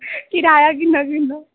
किराया किन्ना किन्ना